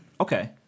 Okay